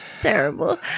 Terrible